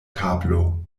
tablo